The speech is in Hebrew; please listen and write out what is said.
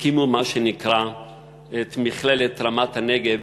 הקימו את מה שנקרא מכללת רמת-הנגב,